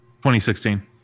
2016